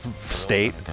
state